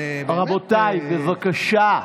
זה באמת, רבותיי, בבקשה,